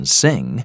sing